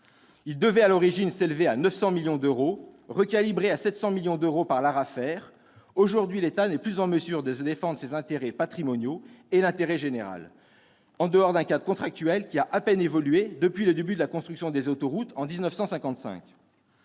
plan devait, à l'origine, s'élever à 900 millions d'euros, mais l'Arafer a réduit cette somme à 700 millions d'euros. Aujourd'hui, l'État n'est plus en mesure de défendre ni ses intérêts patrimoniaux ni l'intérêt général, en dehors d'un cadre contractuel qui a à peine évolué depuis le début de la construction des autoroutes, en 1955